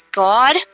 god